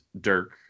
Dirk